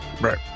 right